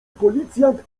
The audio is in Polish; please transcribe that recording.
policjant